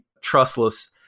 trustless